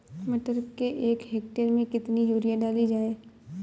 मटर के एक हेक्टेयर में कितनी यूरिया डाली जाए?